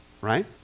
right